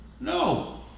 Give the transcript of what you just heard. No